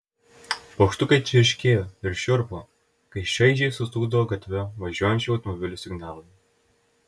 paukštukai čirškėjo ir šiurpo kai šaižiai sustūgdavo gatve važiuojančių automobilių signalai